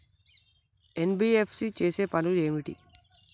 NBFC చేసే పనులు ఏమిటి?